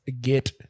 get